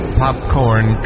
popcorn